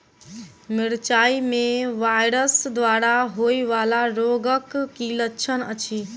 मिरचाई मे वायरस द्वारा होइ वला रोगक की लक्षण अछि?